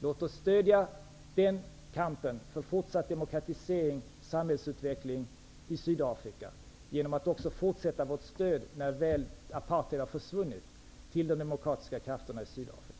Låt oss stödja den kampen för fortsatt demokratisering och samhällsutveckling i Sydafrika genom att fortsätta att ge vårt stöd, också när apartheid väl har försvunnit, till de demokratiska krafterna i Sydafrika.